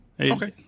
Okay